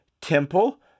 temple